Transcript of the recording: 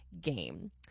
game